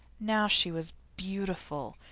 now she was beautiful,